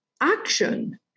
action